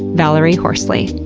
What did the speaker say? valerie horsley.